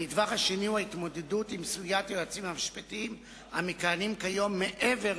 הנדבך השני הוא ההתמודדות עם סוגיית היועצים המשפטיים המכהנים כיום מעבר